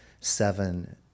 seven